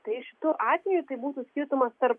tai šituo atveju tai būtų skirtumas tarp